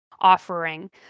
offering